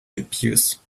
dubious